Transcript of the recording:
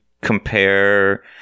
compare